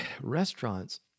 Restaurants